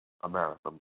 America